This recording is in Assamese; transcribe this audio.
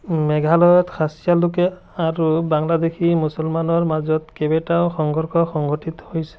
মেঘালয়ত খাচীয়া লোকে আৰু বাংলাদেশী মুছলমানৰ মাজত কেইবাটাও সংঘৰ্ষ সংঘটিত হৈছে